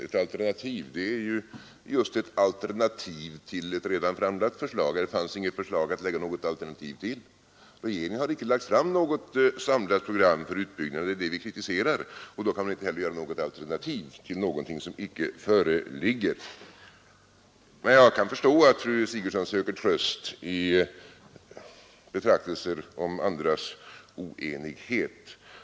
Ett alternativ är just ett alternativ till ett redan framlagt förslag, och det fanns inget förslag att lägga något alternativ till. Regeringen har inte lagt fram något samlat program för utbyggnaden — och det är det vi kritiserar — och då kan vi heller inte komma med något alternativ. Men jag kan förstå att fru Sigurdsen söker tröst i betraktelser om andras oenighet.